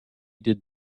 did